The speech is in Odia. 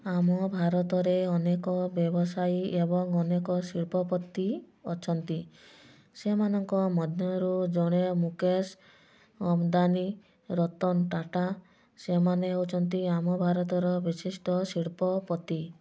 ଆମ ଭାରତରେ ଅନେକ ବ୍ୟବସାୟୀ ଏବଂ ଅନେକ ଶିଳ୍ପପତି ଅଛନ୍ତି ସେମାନଙ୍କ ମଧ୍ୟରୁ ଜଣେ ମୁକେଶ ଅମ୍ବାନୀ ରତନ ଟାଟା ସେମାନେ ହେଉଛନ୍ତି ଆମ ଭାରତର ବିଶିଷ୍ଟ ଶିଳ୍ପପତି